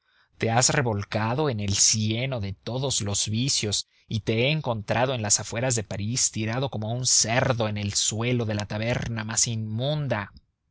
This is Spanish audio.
te has revolcado en el cieno de todos los vicios y te he encontrado en las afueras de parís tirado como un cerdo en el suelo de la taberna más inmunda